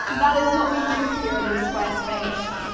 that is what we do here in the squarespace.